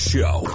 Show